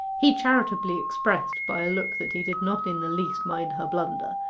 he charitably expressed by a look that he did not in the least mind her blunder,